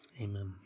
Amen